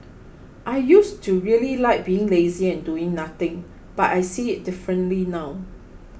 I used to really like being lazy and doing nothing but I see it differently now